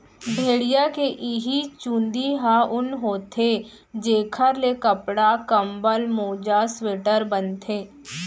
भेड़िया के इहीं चूंदी ह ऊन होथे जेखर ले कपड़ा, कंबल, मोजा, स्वेटर बनथे